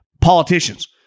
politicians